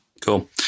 Cool